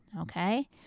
okay